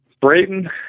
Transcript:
Brayton